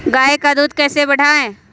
गाय का दूध कैसे बढ़ाये?